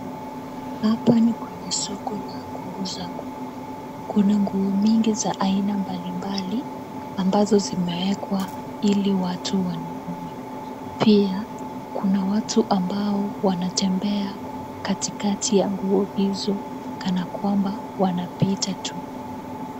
Hapa ni kwenya soko la kuuza nguo. Kuna nguo mingi za aina mbalimbali ambazo zimewekwa ili watu wanunue. Pia, kuna watu ambao wanatembea kati kati ya nguo hizo kanakwamba wanapita tu.